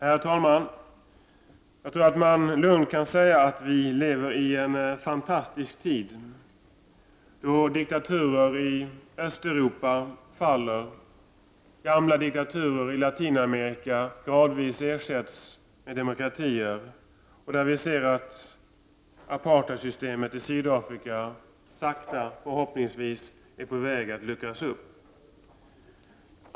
Herr talman! Jag tror att man lugnt kan säga att vi lever i en fantastisk tid då diktaturer i Östeuropa faller, gamla diktaturer i Latinamerika gradvis ersätts med demokratier och apartheidsystemet i Sydafrika förhoppningsvis håller på att, om än långsamt, luckras upp.